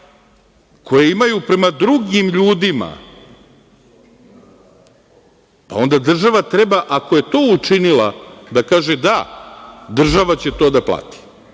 koje imaju prema drugim ljudima, a onda država treba ako je to učinila da kaže – da, država će to da plati.